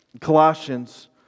Colossians